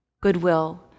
goodwill